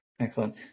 Excellent